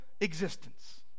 existence